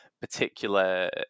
particular